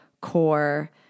core